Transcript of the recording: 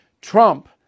Trump